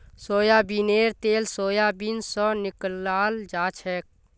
सोयाबीनेर तेल सोयाबीन स निकलाल जाछेक